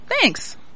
Thanks